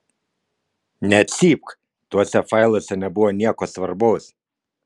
necypk tuose failuose nebuvo nieko svarbaus